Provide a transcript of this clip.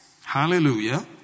Hallelujah